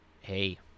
hey